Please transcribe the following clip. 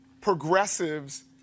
progressives